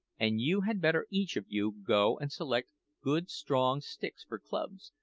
and you had better each of you go and select good strong sticks for clubs,